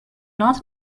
not